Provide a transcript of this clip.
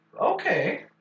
okay